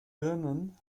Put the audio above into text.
birnen